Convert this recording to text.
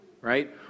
Right